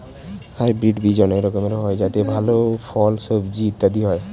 hybrid বীজ অনেক রকমের হয় যাতে ভালো ফল, সবজি ইত্যাদি হয়